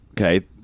Okay